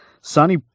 Sonny